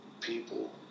people